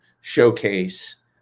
showcase